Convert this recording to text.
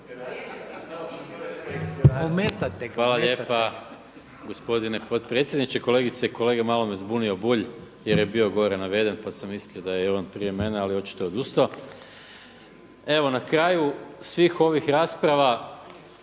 Hvala lijepa gospodine potpredsjedniče, kolegice i kolege. Malo me zbunio Bulj jer je bio gore naveden, pa sam mislio da je on prije mene. Ali očito je odustao. Evo na kraju svih ovih rasprava